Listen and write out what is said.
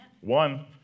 One